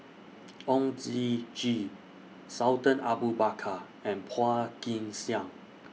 Oon Jin Gee Sultan Abu Bakar and Phua Kin Siang